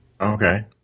Okay